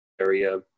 area